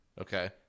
Okay